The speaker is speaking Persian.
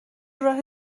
راه